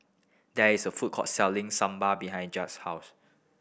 there is a food court selling Sambar behind house